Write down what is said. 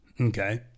Okay